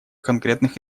конкретных